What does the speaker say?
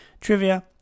trivia